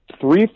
three